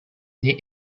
they